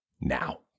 Now